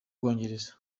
bwongereza